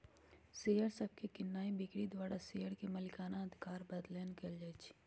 share सभके कीनाइ बिक्री द्वारा शेयर के मलिकना अधिकार बदलैंन कएल जाइ छइ